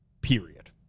period